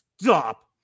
stop